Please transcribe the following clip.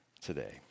today